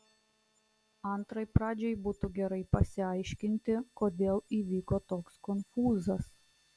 antrai pradžiai būtų gerai pasiaiškinti kodėl įvyko toks konfūzas